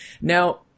Now –